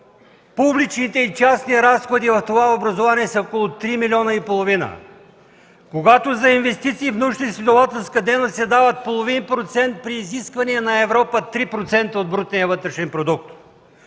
публичните и частни разходи в това образование са около 3,5 милиона, когато за инвестиции в научноизследователската дейност се дават половин процент при изисквания на Европа 3% от брутния вътрешен продукт,